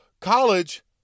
college